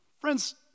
Friends